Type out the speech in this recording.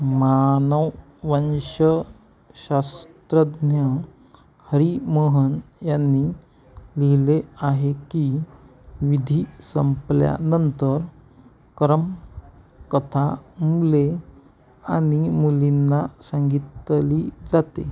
मानववंशशास्त्रज्ञ हरि मोहन यांनी लिहिले आहे की विधी संपल्यानंतर करम कथा मुले आणि मुलींना सांगितली जाते